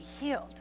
healed